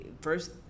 first